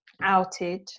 outed